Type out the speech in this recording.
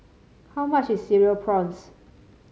how much is Cereal Prawns